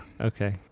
Okay